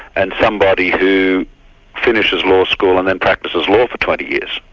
and somebody who finishes law school and then practices law for twenty years.